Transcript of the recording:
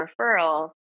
referrals